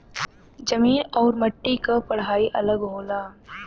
जमीन आउर मट्टी क पढ़ाई अलग होला